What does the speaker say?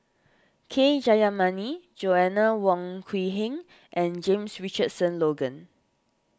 K Jayamani Joanna Wong Quee Heng and James Richardson Logan